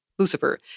Lucifer